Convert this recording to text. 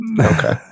Okay